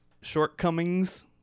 shortcomings